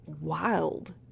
wild